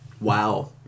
Wow